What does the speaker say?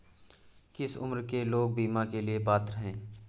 किस उम्र के लोग बीमा के लिए पात्र हैं?